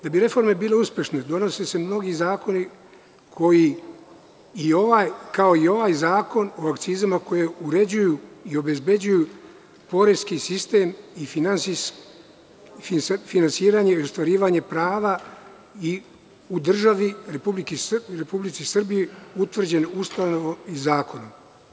Da bi reforme bile uspešne, donose se mnogi zakoni, kao i ovaj zakon o akcizama, koji uređuju i obezbeđuju poreski sistem i finansiranje i ostvarivanje prava i u državi, Republici Srbiji, utvrđen Ustavom i zakonom.